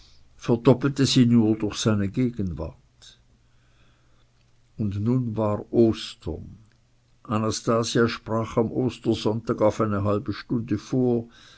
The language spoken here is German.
verdoppelte sie nur durch seine gegenwart und nun war ostern anastasia sprach am ostersonntag auf eine halbe stunde vor